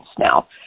now